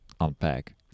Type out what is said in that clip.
unpack